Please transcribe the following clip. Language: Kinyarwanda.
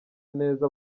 neza